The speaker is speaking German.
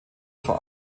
vor